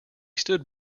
stood